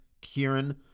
Kieran